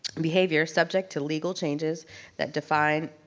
behavior subject to legal changes that define,